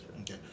Okay